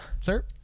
sir